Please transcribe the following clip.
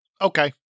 Okay